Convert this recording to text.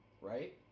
Right